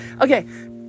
Okay